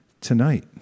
tonight